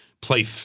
play